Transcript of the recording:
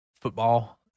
football